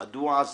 / מדוע עזב,